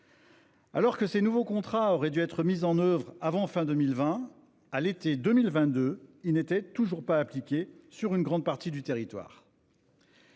Alors que ces nouveaux contrats auraient dû être mis en oeuvre avant la fin de 2020, ils n'étaient toujours pas appliqués sur une grande partie du territoire